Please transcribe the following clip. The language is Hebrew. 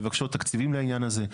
מבקשות תקציבים לעניין הזה.